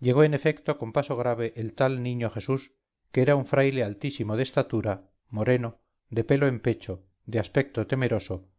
llegó en efecto con paso grave el tal niño jesús que era un fraile altísimo de estatura moreno de pelo en pecho de aspecto temeroso